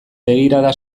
begirada